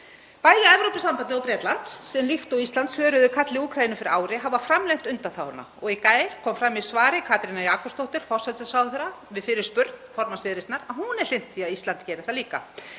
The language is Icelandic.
Bæði Evrópusambandið og Bretland, sem líkt og Ísland svöruðu kalli Úkraínu fyrir ári, hafa framlengt undanþáguna og í gær kom fram í svari Katrínar Jakobsdóttur forsætisráðherra við fyrirspurn formanns Viðreisnar að hún er hlynnt því að Ísland geri það líka.